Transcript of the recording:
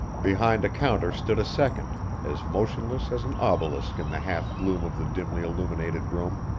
behind a counter stood a second, as motionless as an obelisk in the half gloom of the dimly illuminated room,